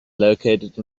located